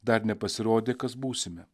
dar nepasirodė kas būsime